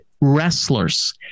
wrestlers